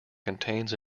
contains